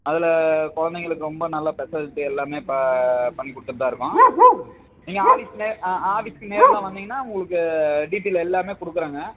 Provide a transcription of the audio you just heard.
அதில் குலந்தைகளுக்கு ரொம்ப நல்ல ஃபெசலிட்டி எல்லாமே ப பண்ணிக் கொடுத்துட்டு தான் இருக்கோம் நீங்கள் ஆஃபீஸ்க்கு நே ஆ ஆஃபீஸ்க்கு நேர்ல வந்தீங்கன்னால் உங்களுக்கு டீட்டைல் எல்லாமே கொடுக்கறங்க நீங்கள்